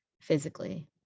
physically